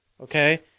Okay